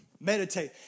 Meditate